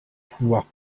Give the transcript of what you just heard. pouvoir